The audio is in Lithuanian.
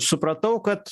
supratau kad